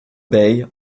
bay